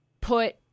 put